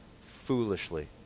foolishly